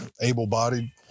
able-bodied